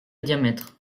diamètre